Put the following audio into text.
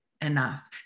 enough